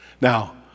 Now